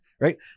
right